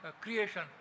creation